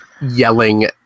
yelling